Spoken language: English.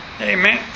Amen